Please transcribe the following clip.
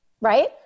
right